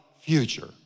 future